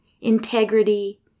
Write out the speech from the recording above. integrity